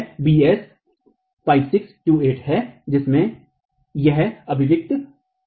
यह BS 5628 है जिसमें यह अभिव्यक्ति है